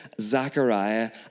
Zachariah